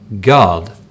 God